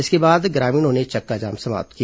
इसके बाद ग्रामीणों ने चक्काजाम समाप्त किया